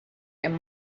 and